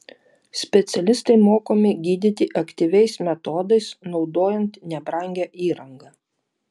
specialistai mokomi gydyti aktyviais metodais naudojant nebrangią įrangą